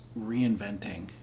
reinventing